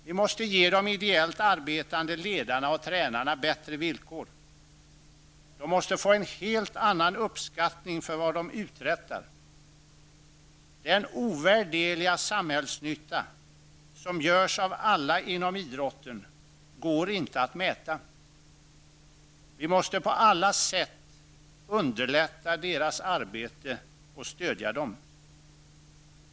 Vi måste ge de ideellt arbetande ledarna och tränarna bättre villkor. De måste få en helt annan uppskattning för vad de uträttar. Den ovärderliga samhällsnytta som görs av alla inom idrotten går inte att mäta. Vi måste på alla sätt underlätta deras arbete och stödja dem.